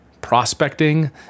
prospecting